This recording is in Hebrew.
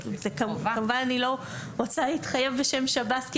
כמובן אני לא רוצה להתחייב בשם שב"ס כי